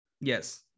Yes